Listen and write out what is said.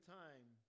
time